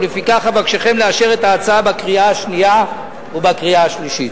ולפיכך אבקשכם לאשר את ההצעה בקריאה השנייה ובקריאה השלישית.